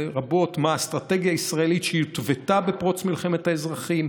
לרבות מה האסטרטגיה הישראלית שהותוותה בפרוץ מלחמת האזרחים,